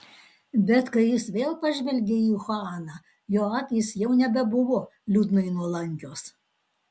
bet kai jis vėl pažvelgė į chuaną jo akys jau nebebuvo liūdnai nuolankios